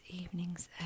evening's